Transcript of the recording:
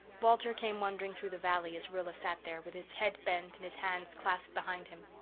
walter came wandering through the valley as rilla sat there, with his head bent and his hands clasped behind him.